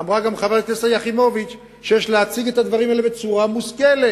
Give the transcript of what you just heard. אמרה גם חברת הכנסת יחימוביץ שיש להציג את הדברים האלה בצורה מושכלת.